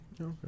Okay